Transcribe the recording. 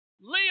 Leo